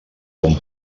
bon